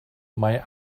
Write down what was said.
mae